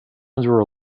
under